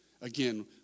Again